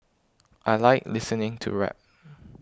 I like listening to rap